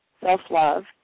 self-love